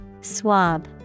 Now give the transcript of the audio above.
Swab